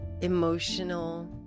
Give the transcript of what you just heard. emotional